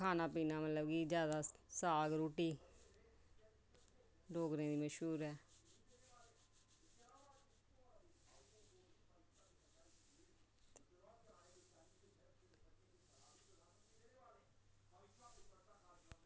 खाना पीना जादै मतलब कि साग रुट्टी डोगरें दी मश्हूर ऐ